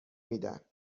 میدن